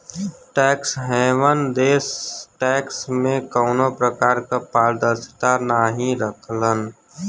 tax haven देश tax में कउनो प्रकार क पारदर्शिता नाहीं रखलन